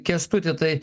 kęstuti tai